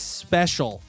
special